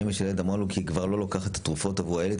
והאימא של הילד אמרה לו כי היא כבר לא לוקחת את התרופות עבור הילד,